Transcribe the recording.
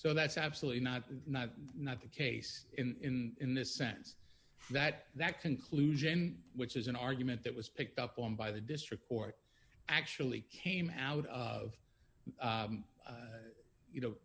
so that's absolutely not not not the case in the sense that that conclusion which is an argument that was picked up on by the district court actually came out of you know